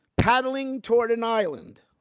paddling toward an island